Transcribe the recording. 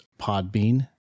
Podbean